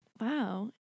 Wow